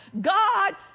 God